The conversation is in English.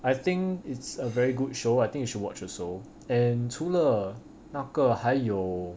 I think it's a very good show I think you should watch also and 除了那个还有